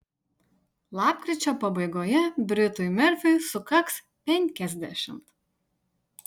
lapkričio pabaigoje britui merfiui sukaks penkiasdešimt